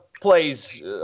plays